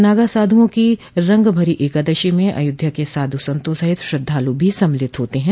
नागा साधुओ की रंगभरी एकादशी में अयोध्या के साधु संतों सहित श्रद्वालु भी सम्मिलित होते हैं